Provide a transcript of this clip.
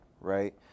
right